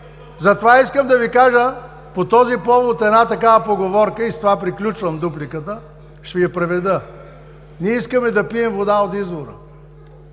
Затова искам да Ви кажа по този повод една такава поговорка и с това приключвам дупликата. Ще Ви я преведа. Ние искаме да пием вода от извора